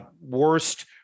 worst